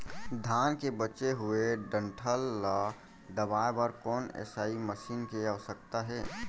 धान के बचे हुए डंठल ल दबाये बर कोन एसई मशीन के आवश्यकता हे?